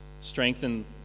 strengthen